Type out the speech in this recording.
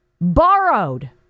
borrowed